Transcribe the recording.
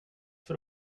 för